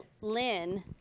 Lynn